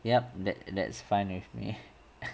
yup that that's fine with me